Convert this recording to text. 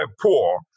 poor